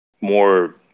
more